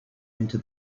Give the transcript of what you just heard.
into